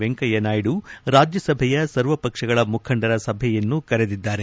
ವೆಂಕಯ್ಯ ನಾಯ್ಡು ರಾಜ್ಯಸಭೆಯ ಸರ್ವಪಕ್ಷಗಳ ಮುಖಂಡರ ಸಭೆಯನ್ನು ಕರೆದಿದ್ದಾರೆ